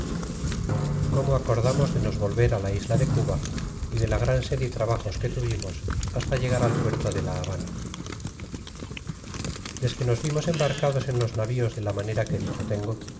como acordamos de nos volver d la isla de cuba y de la gran sed y trabajos que tuvimos basta llegar al puerto de la habana desque nos vimos embarcados en los navíos de la manera que dicho tengo